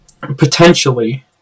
Potentially